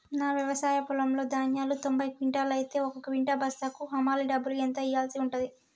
నా వ్యవసాయ పొలంలో ధాన్యాలు తొంభై క్వింటాలు అయితే ఒక క్వింటా బస్తాకు హమాలీ డబ్బులు ఎంత ఇయ్యాల్సి ఉంటది?